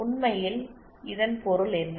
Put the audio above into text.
உண்மையில் இதன் பொருள் என்ன